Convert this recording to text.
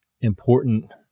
important